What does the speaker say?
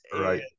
Right